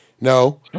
No